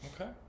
Okay